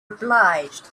obliged